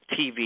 TV